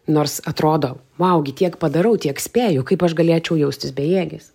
nors atrodo vau gi tiek padarau tiek spėju kaip aš galėčiau jaustis bejėgis